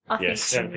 Yes